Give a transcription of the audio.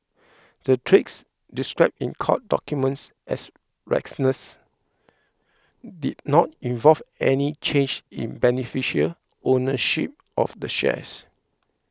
the trades described in court documents as reckless did not involve any change in beneficial ownership of the shares